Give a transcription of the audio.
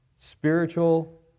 Spiritual